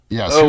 Yes